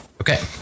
okay